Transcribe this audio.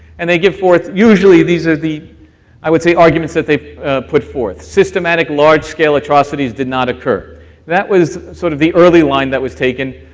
and they give forth, usually these are the i would say arguments that they put forth systematic large-scale atrocities did not occur, and that was sort of the early line that was taken,